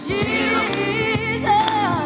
Jesus